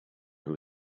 who